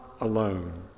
alone